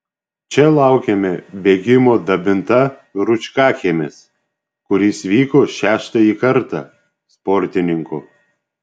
čia laukėme bėgimo dabinta rūčkakiemis kuris vyko šeštąjį kartą sportininkų